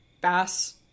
Bass